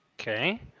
Okay